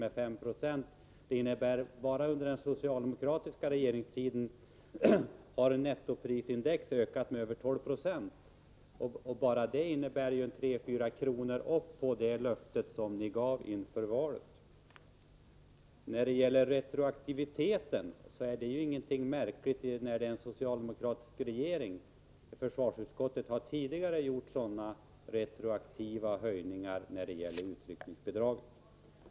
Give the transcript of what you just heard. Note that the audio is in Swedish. Det innebär att nettoprisindex bara under den socialdemokratiska regeringstiden har ökat med över 12 70. Bara det innebär tre fyra kronor ovanpå det löfte ni gav inför valet. Retroaktiviteten är inte något som speciellt utmärker den socialdemokratiska regeringen. Försvarsutskottet har tidigare gjort retroaktiva höjningar av utryckningsbidraget.